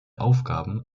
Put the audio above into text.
aufgaben